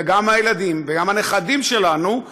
וגם הילדים וגם הנכדים שלנו,